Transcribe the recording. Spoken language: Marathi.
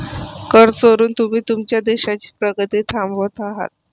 कर चोरून तुम्ही तुमच्या देशाची प्रगती थांबवत आहात